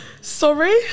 Sorry